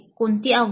कोणती आव्हाने